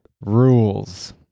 Rules